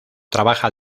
trabaja